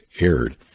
aired